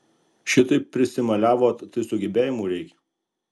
šitaip prisimaliavot tai sugebėjimų reikia